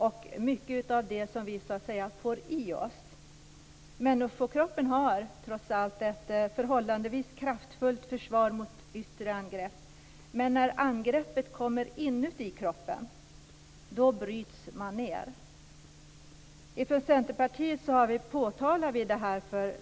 Dessutom handlar det om mycket av det som vi får i oss. Människokroppen har trots allt ett förhållandevis kraftfullt försvar mot yttre angrepp. Men när angreppet kommer inuti kroppen bryts man ned. Vi i Centerpartiet påtalar detta gång på gång.